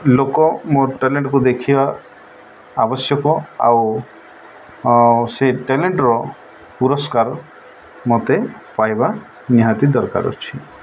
ଲୋକ ମୋ ଟ୍ୟାଲେଣ୍ଟକୁ ଦେଖିବା ଆବଶ୍ୟକ ଆଉ ସେ ଟ୍ୟାଲେଣ୍ଟର ପୁରସ୍କାର ମୋତେ ପାଇବା ନିହାତି ଦରକାର ଅଛି